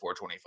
425